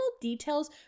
details